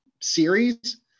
series